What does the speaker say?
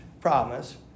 promise